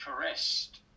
caressed